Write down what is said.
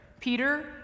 Peter